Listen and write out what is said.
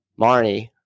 Marnie